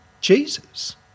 Jesus